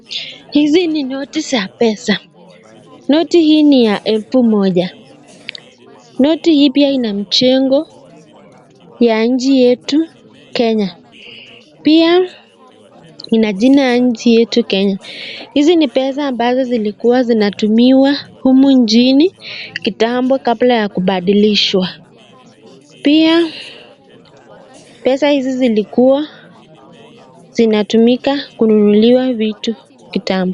Hizi ni noti za pesa. Noti hii ni ya elfu moja. Noti hii pia ina michongo ya nchi yetu Kenya, pia ina jina ya nchi yetu Kenya. Hizi ni pesa ambazo zilikuwa zinatumiwa humu nchini kitambo kabla ya kubadilishwa. Pia pesa hizi zilikuwa zinatumika kununuliwa vitu kitambo.